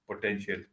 potential